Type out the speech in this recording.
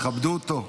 תכבדו אותו.